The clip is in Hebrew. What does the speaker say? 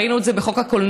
ראינו את זה בחוק הקולנוע: